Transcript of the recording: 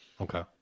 Okay